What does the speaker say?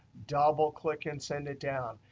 double click, and send it down.